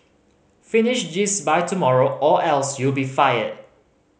finish this by tomorrow or else you be fired